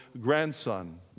grandson